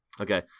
Okay